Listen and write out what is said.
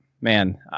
man